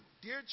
dear